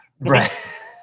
Right